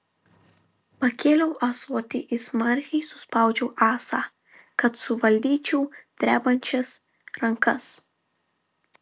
pakėliau ąsotį ir smarkiai suspaudžiau ąsą kad suvaldyčiau drebančias rankas